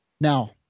Now